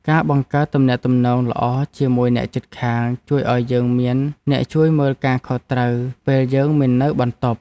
ការបង្កើតទំនាក់ទំនងល្អជាមួយអ្នកជិតខាងជួយឱ្យយើងមានអ្នកជួយមើលការខុសត្រូវពេលយើងមិននៅបន្ទប់។